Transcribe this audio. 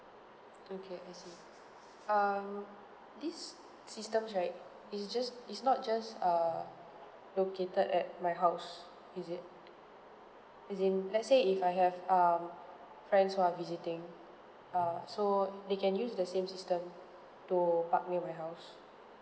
okay I see um these systems right it's just it's not just err located at my house is it as in let's say if I have um friends who are visiting uh so they can use the same system to park near my house